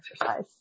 exercise